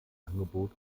angebot